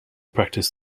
practice